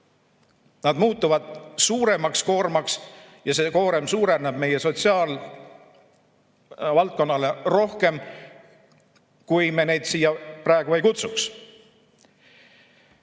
Nad muutuvad suuremaks koormaks ja see koorem suureneb meie sotsiaalvaldkonnale rohkem kui siis, kui me neid siia praegu ei kutsuks.